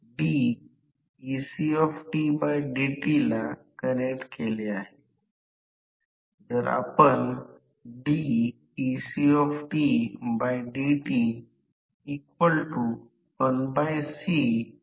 तर short circuit rotor ला आता फिरण्यास परवानगी द्या आता रोटर फिरतील अशा मोकळ्या जागेपासून मुक्त करा